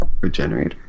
Regenerator